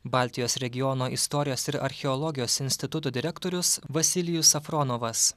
baltijos regiono istorijos ir archeologijos instituto direktorius vasilijus safronovas